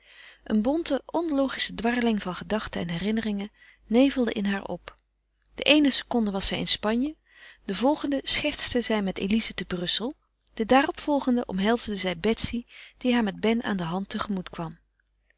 een bonte onlogische dwarreling van gedachten en herinneringen nevelde in haar op de eene seconde was zij in spanje de volgende schertste zij met elize te brussel de daarop volgende omhelsde zij betsy die haar met ben aan de hand tegemoet kwam